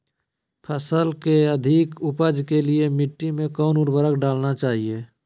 फसल के अधिक उपज के लिए मिट्टी मे कौन उर्वरक डलना चाइए?